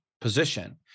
position